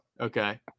Okay